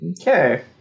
Okay